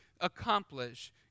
accomplish